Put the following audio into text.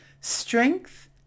strength